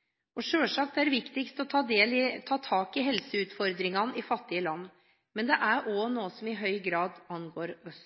er det viktigst å ta tak i helseutfordringene i fattige land, men det er også noe som i høy grad angår oss.